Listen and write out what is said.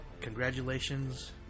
congratulations